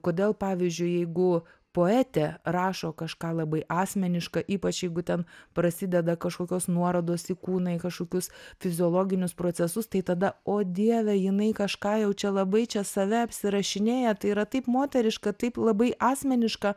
kodėl pavyzdžiui jeigu poetė rašo kažką labai asmeniška ypač jeigu ten prasideda kažkokios nuorodos į kūną į kažkokius fiziologinius procesus tai tada o dieve jinai kažką jau čia labai čia save apsirašinėja tai yra taip moteriška taip labai asmeniška